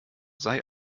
sei